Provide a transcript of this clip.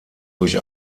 durch